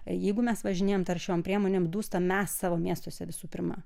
jeigu mes važinėjam taršom priemonėm dūstame mes savo miestuose visų pirma